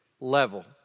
level